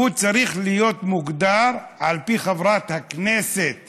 הוא צריך להיות מוגדר על פי חברת הכנסת